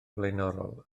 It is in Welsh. flaenorol